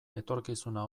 etorkizuna